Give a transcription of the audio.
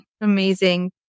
Amazing